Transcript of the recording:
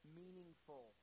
meaningful